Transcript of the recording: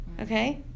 okay